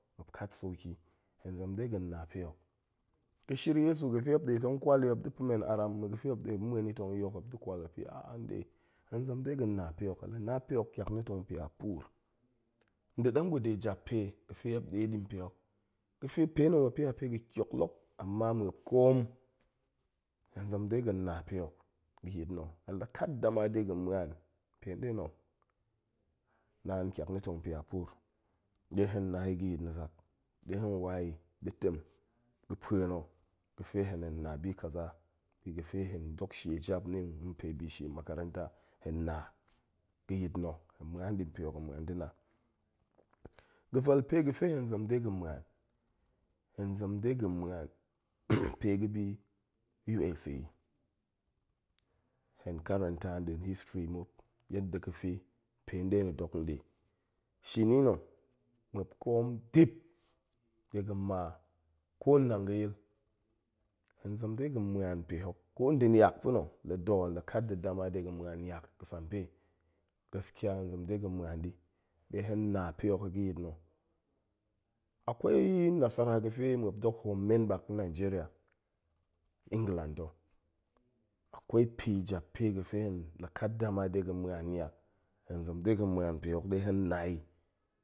Muop kat soki. hen zem de ga̱n na pe hok, ga̱shir yezu ga̱fe muop ɗe tong kwal i, muop da̱ pa̱men aram ma̱ga̱fe muop tong ma̱en itong yok muop da̱ kwal muop yi aa nɗe, hen zem de ga̱n na pe hok, henla na pe hok, ƙiak na̱ tong pia puur, nda̱ ɗem ga̱de jap pe ga̱fe muop nɗe ɗi npe hok, ga̱fe pe na̱ muop ni a pe ga̱ ƙioklok, ama muop ƙoom, hen zem dega̱n na pe hok ga̱ yit na̱ hen la kat dama de ga̱n ma̱an pe ɗe na̱, naan ƙiak na̱ tong pia puur, ɗe hen na i ga̱ yit na̱ zak, ɗe hen wa i da̱ tem ga̱ pa̱e na̱ ga̱fe hen hen na bi kaza biga̱fe hen dok shie jap nni npe bishie makaranta, hen na ga̱yit na̱, hen ma̱an nɗi pehok hen ma̱an da̱ na, ga̱vel pe ga̱fe hen zem de ga̱n ma̱an. hen zen de ga̱n ma̱an pe ga̱ bi usa i, hen karanta nɗin history muop yada ga̱fe pe nɗe na̱ dok nɗe, shini na̱, muop koom dip de ga̱n maa ƙo nnang ga̱yil, hen zem de ga̱n ma̱an pehok, ƙo nda̱ niak pa̱na̱ lada̱ la kat nda̱ dama de ga̱n ma̱an niak ga̱sampe. gaskiya hen zem de ga̱n ma̱an ɗi ɗe hen na pe hok i ga̱ yit na̱, akwai nasara ga̱fe muop dok hoom men ɓak n nigeria, england ta̱, akwai pe jap pe ga̱fe hen la kat dama de ga̱n ma̱an niak hen zem de ga̱n ma̱an pehok ɗe hen na i